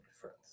friends